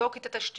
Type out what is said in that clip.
לבדוק את התשתיות,